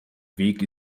weg